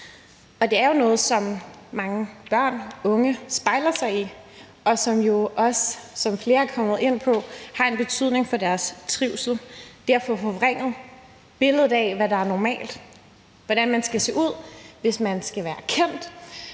om. Det er jo noget, som mange børn og unge spejler sig i, og som jo også, som flere er kommet ind på, har en betydning for deres trivsel. De får et forvrænget billede af, hvad der er normalt, hvordan man skal se ud, hvis man skal være kendt,